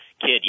kid